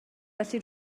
felly